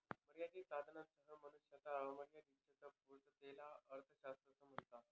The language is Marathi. मर्यादित साधनांसह मनुष्याच्या अमर्याद इच्छांच्या पूर्ततेला अर्थशास्त्र म्हणतात